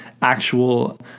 actual